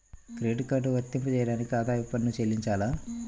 Credit card వర్తింపజేయడానికి ఆదాయపు పన్ను చెల్లించాలా?